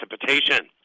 precipitation